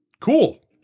cool